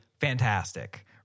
fantastic